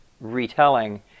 retelling